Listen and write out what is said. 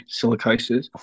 silicosis